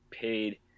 paid